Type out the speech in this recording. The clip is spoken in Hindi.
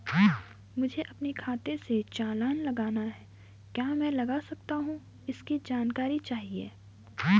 मुझे अपने खाते से चालान लगाना है क्या मैं लगा सकता हूँ इसकी जानकारी चाहिए?